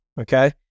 okay